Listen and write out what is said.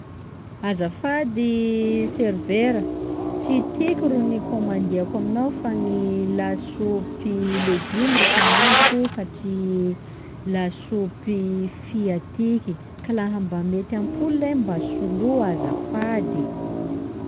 Azafady servera, tsy tiky ro nikômandiko aminao fa gny lasopy legimo ro kômandiko fa tsy lasopy fia tiky ka laha mba mety ampoly lehy mba soloy azafady.